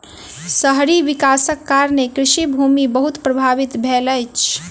शहरी विकासक कारणें कृषि भूमि बहुत प्रभावित भेल अछि